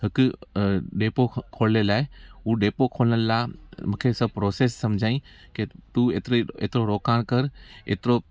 हिकु डैपो खोले लाइ हूअ डेपो खोलण लाइ मूंखे सभु प्रोसेस सम्झाई के तू एतिरी एतिरो रोकाण कर एतिरो